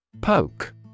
Poke